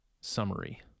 summary